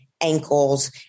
ankles